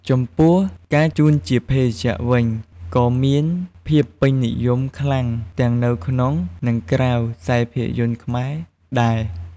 ចំពោះការជូនជាភេសជ្ជៈវិញ ក៏មានភាពពេញនិយមខ្លាំងទាំងនៅក្នុង និងក្រៅខ្សែភាពយន្តខ្មែរដែរ។